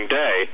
day